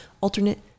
alternate